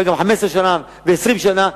ולפעמים גם 15 שנה ו-20 שנה,